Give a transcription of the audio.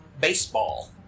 baseball